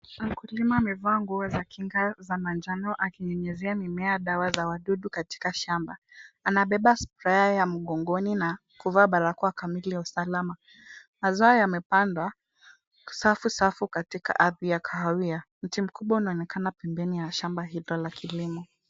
Mkulima amevaa nguo za kinga za manjano akinyunyuzia mimea dawa za wadudu katika shamba. Anabeba sprayer ya mgongoni na kuvaa barakoa kamili ya usalama. Mazao yamepandwa, safu safu katika ardhi ya kahawia. Mti mkubwa unaonekana pembeni ya shamba hilo la kilimo.